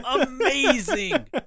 Amazing